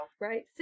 Right